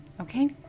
Okay